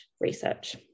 research